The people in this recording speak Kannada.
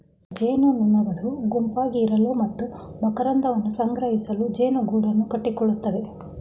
ಜೇನುನೊಣಗಳು ಗುಂಪಾಗಿ ಇರಲು ಮತ್ತು ಮಕರಂದವನ್ನು ಸಂಗ್ರಹಿಸಲು ಜೇನುಗೂಡನ್ನು ಕಟ್ಟಿಕೊಳ್ಳುತ್ತವೆ